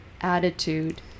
attitude